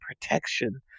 protection